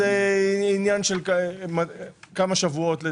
עניין של כמה שבועות.